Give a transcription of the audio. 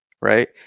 right